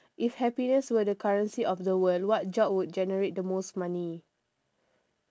if happiness were the currency of the world what job would generate the most money